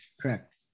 Correct